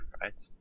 right